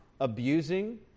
abusing